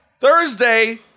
Thursday